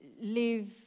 live